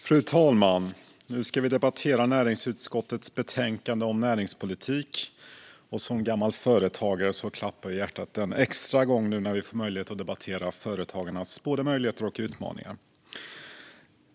Fru talman! Nu debatterar vi näringsutskottets betänkande om näringspolitik. För mig, som gammal företagare, klappar hjärtat en extra gång nu när vi får möjlighet att debattera företagarnas både möjligheter och utmaningar.